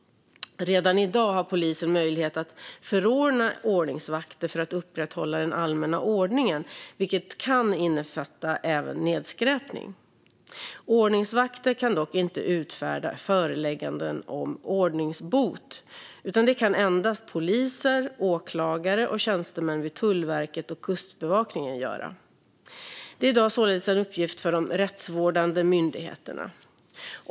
Redan i dag har polisen möjlighet att förordna ordningsvakter för att upprätthålla den allmänna ordningen, vilket kan innefatta även nedskräpning. Ordningsvakter kan dock inte utfärda förelägganden om ordningsbot, utan det kan endast poliser och åklagare samt tjänstemän vid Tullverket och Kustbevakningen göra. Det är i dag således en uppgift för de rättsvårdande myndigheterna.